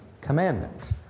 commandment